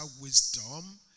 wisdom